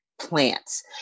plants